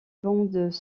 bandes